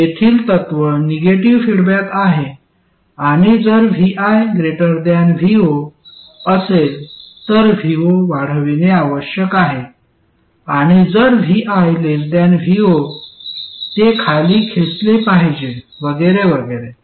तर येथील तत्त्व निगेटिव्ह फीडबॅक आहे आणि जर vi vo असेल तर vo वाढविणे आवश्यक आहे आणि जर vi vo ते खाली खेचले पाहिजे वगैरे वगैरे